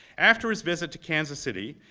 after his visit to kansas city,